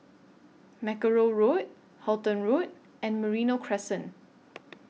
Mackerrow Road Halton Road and Merino Crescent